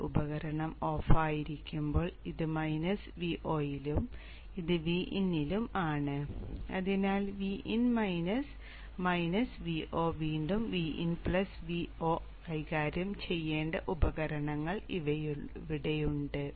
ഈ ഉപകരണം ഓഫായിരിക്കുമ്പോൾ ഇത് Vo ലും ഇത് Vin ലും ആണ് അതിനാൽ Vin - വീണ്ടും Vo കൈകാര്യം ചെയ്യേണ്ട ഉപകരണങ്ങൾ അവിടെയുണ്ട്